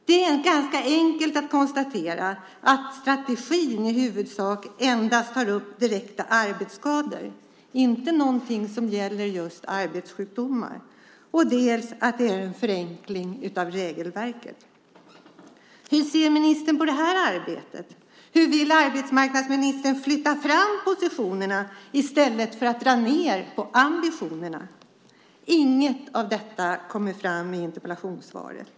Det är ganska enkelt att konstatera dels att strategin i huvudsak endast tar upp direkta arbetsskador, inte något som gäller just arbetssjukdomar, dels att det är en förenkling av regelverket. Hur ser ministern på det arbetet? Vill arbetsmarknadsministern flytta fram positionerna i stället för att dra ned på ambitionerna och i så fall hur? Inget av detta kommer fram i interpellationssvaret.